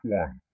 one